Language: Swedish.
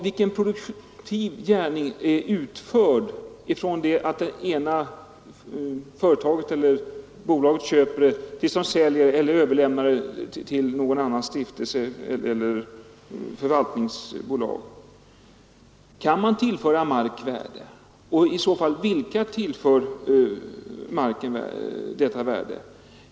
Vilken produktiv gärning utförs från det att det ena företaget eller bolaget köper mark och tills det säljer eller överlämnar marken till någon annan, kanske en stiftelse eller ett förvaltningsbolag? Kan man tillföra mark värde? Vilka tillför i så fall marken detta värde?